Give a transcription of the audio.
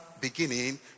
beginning